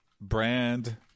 brand